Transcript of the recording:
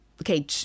okay